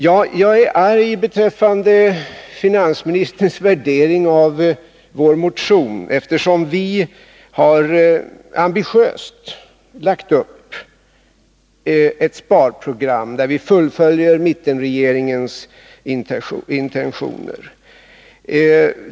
Ja, jag är besviken beträffande finansministerns värdering av vår motion, eftersom vi ambitiöst lagt upp ett sparprogram, där vi fullföljer mittenregeringens intentioner.